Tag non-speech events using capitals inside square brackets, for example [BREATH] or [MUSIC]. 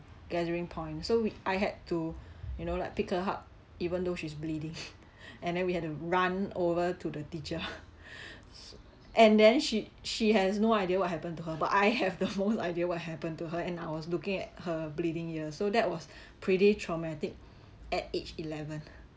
gathering point so we I had to you know like pick her up even though she's bleeding [LAUGHS] and then we had to run over to the teacher [LAUGHS] and then she she has no idea what happened to her but I have the whole idea what happened to her and I was looking at her bleeding ear so that was [BREATH] pretty traumatic at age eleven